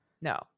No